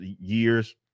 years